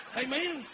Amen